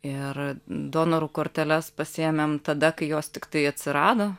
ir donorų korteles pasiėmėm tada kai jos tiktai atsirado